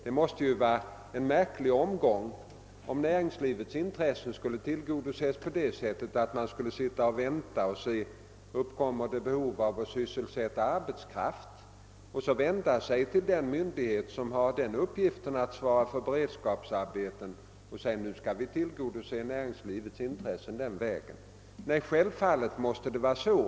Det vore märkligt om näringslivets intressen skulle tillgodoses på så sätt att man sitter och väntar och ser om det uppkommer behov av att sysselsätta arbetskraft, varefter man vänder sig till den myndighet som har uppgiften att svara för beredskapsarbeten och säger att näringslivets intressen nu skall tillgodoses genom arbetsmarknadsmyndighetens försorg.